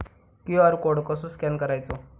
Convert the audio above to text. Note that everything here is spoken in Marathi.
क्यू.आर कोड कसो स्कॅन करायचो?